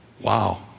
Wow